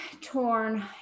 torn